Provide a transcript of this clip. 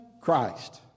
Christ